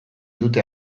dute